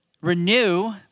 renew